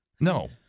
No